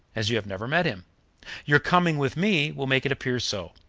as you have never met him your coming with me will make it appear so.